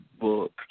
book